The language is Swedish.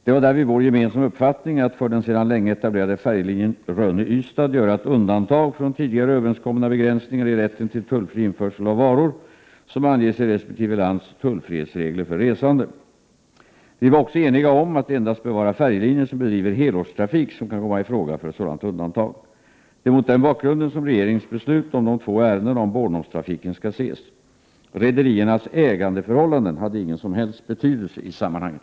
Det var därvid vår gemensamma uppfattning att för den sedan länge etablerade färjelinjen Rönne—-Ystad göra ett undantag från tidigare överenskomna begränsningar i rätten till tullfri införsel av varor, som anges i resp. lands tullfrihetsregler för resande. Vi var också eniga om att det endast bör vara färjelinjer som bedriver helårstrafik som kan komma i fråga för ett sådant undantag. Det är mot denna bakgrund som regeringens beslut om de två ärendena om Bornholmstrafiken skall ses. Rederiernas ägandeförhållanden hade ingen som helst betydelse i sammanhanget.